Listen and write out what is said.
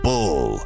Bull